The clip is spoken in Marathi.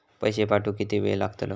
पैशे पाठवुक किती वेळ लागतलो?